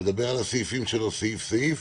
לדבר על הסעיפים שלו, סעיף-סעיף,